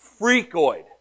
freakoid